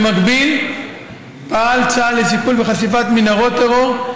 במקביל פעל צה"ל לסיכול וחשיפת מנהרות טרור,